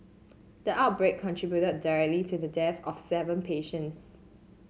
the outbreak contributed directly to the death of seven patients